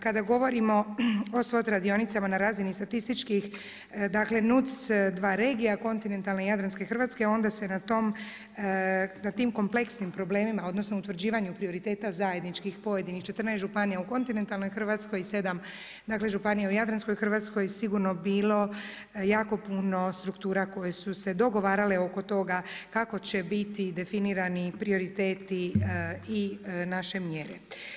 Kada govorimo o SWOT radionicama na razini statističkih dakle, NUC 2 regija, kontinentalne i jadranske Hrvatske, onda se na tim kompleksnim problemima, odnosno, utvrđivanje u prioriteta zajedničkih, pojedinih 14 županija u kontinentalnoj Hrvatskoj i 7 županija u jadranskoj Hrvatskoj, sigurno bilo jako puno struktura koje su se dogovarale oko toga kako će biti definirani prioriteti i naše mjere.